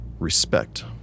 Respect